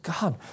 God